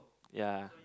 yeah